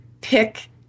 pick